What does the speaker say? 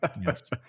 yes